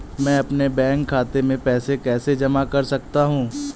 मैं अपने बैंक खाते में पैसे कैसे जमा कर सकता हूँ?